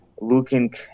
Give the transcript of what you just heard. looking